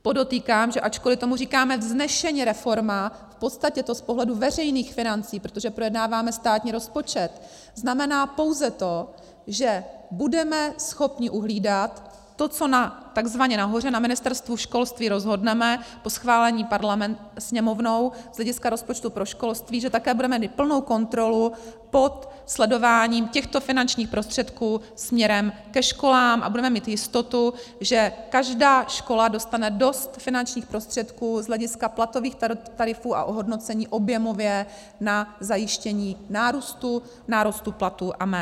Podotýkám, že ačkoliv tomu říkáme vznešeně reforma, v podstatě to z pohledu veřejných financí, protože projednáváme státní rozpočet, znamená pouze to, že budeme schopni uhlídat to, co tzv. nahoře, na Ministerstvu školství, rozhodneme po schválení Sněmovnou z hlediska rozpočtu pro školství, že také budeme mít plnou kontrolu pod sledováním těchto finančních prostředků směrem ke školám a budeme mít jistotu, že každá škola dostane dost finančních prostředků z hlediska platových tarifů a ohodnocení objemově na zajištění nárůstu platů a mezd.